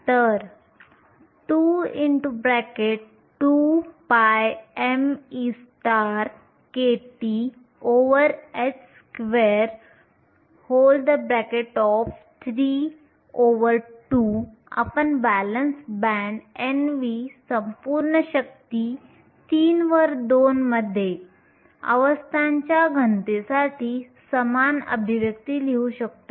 तर 22πmekTh232 आपण valence band Nv संपूर्ण शक्ती 3 वर 2 मध्ये अवस्थांच्या घनतेसाठी समान अभिव्यक्ती लिहू शकतो